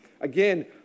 again